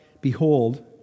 Behold